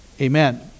amen